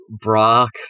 Brock